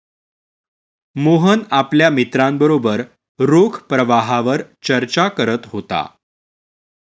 मोहन आपल्या मित्रांबरोबर रोख प्रवाहावर चर्चा करत होता